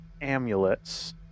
amulets